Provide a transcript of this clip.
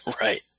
Right